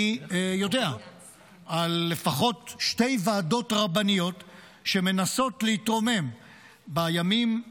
אני יודע על לפחות שתי ועדות רבניות שמנסות להתרומם בימים הללו,